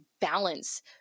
balance